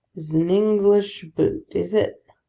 is an english boot, is it?